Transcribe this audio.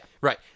right